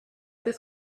des